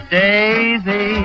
daisy